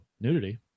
nudity